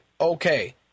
Okay